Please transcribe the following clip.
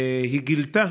היא גילתה,